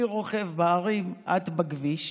אני רוכב בהרים, את, בכביש.